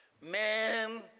Man